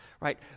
right